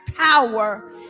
power